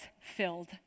filled